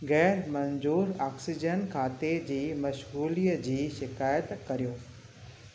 ग़ैरमंजूर oxygen खाते जी मश्ग़ूलीअ जी शिकायत करियो